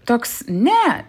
toks ne